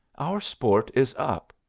our sport is up.